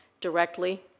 directly